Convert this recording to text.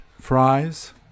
fries